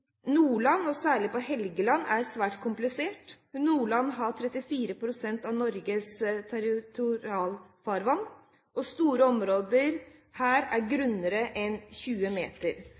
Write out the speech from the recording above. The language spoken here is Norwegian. Nordland – særlig på Helgeland – er svært komplisert. Nordland har 34 pst. av Norges territorialfarvann, og store områder her er grunnere enn 20 meter.